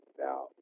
Now